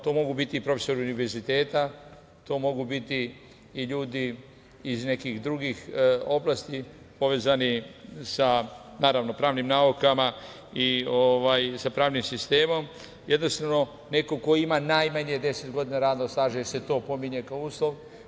To mogu biti i profesori univerziteta, to mogu biti i ljudi iz nekih drugih oblasti povezani sa pravnim naukama i sa pravnim sistemom, jednostavno neko ko ima najmanje 10 godina radnog staža, jer se to pominje kao uslov.